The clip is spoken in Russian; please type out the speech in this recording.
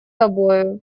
тобою